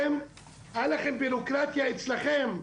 היה לכם בירוקרטיה אצלכם,